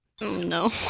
no